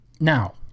Now